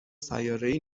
سیارهای